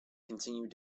continued